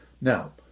Now